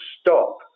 stop